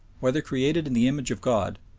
whether created in the image of god,